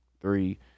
three